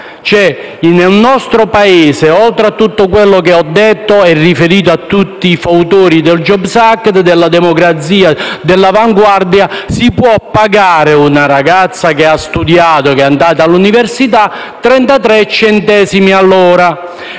l'ora. Nel nostro Paese dunque, oltre a tutto quello che ho detto con riferimento a tutti i fautori del *jobs act¸* della democrazia e dell'avanguardia, si può pagare una ragazza che ha studiato e è andata all'università 33 centesimi l'ora.